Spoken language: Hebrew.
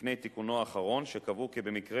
לפני תיקונו האחרון, שקבעו כי במקרה